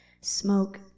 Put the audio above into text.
Smoke